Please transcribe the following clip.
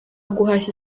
guhashya